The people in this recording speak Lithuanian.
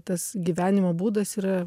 tas gyvenimo būdas yra